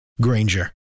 Granger